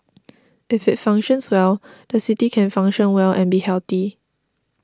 if it functions well the city can function well and be healthy